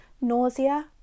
nausea